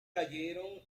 cayeron